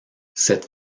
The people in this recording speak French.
cette